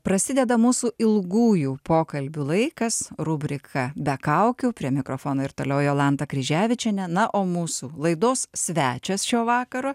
prasideda mūsų ilgųjų pokalbių laikas rubrika be kaukių prie mikrofono ir toliau jolanta kryževičienė na o mūsų laidos svečias šio vakaro